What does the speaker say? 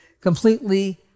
completely